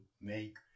make